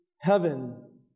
heaven